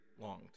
long